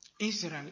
Israel